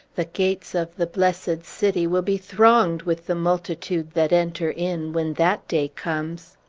the gates of the blessed city will be thronged with the multitude that enter in, when that day comes!